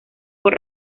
por